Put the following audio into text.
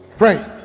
Pray